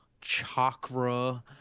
chakra